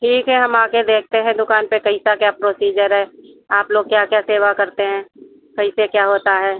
ठीक है हम आकर देखते हैं दुकान पर कैसा क्या प्रोसीजर है आप लोग क्या क्या सेवा करते हैं कैसे क्या होता है